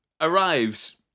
arrives